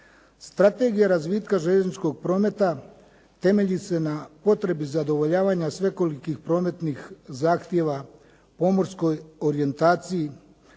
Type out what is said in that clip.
Strategija razvitka željezničkog prometa temelji se na potrebi zadovoljavanja svekolikih prometnih zahtjeva pomorskoj orijentaciji.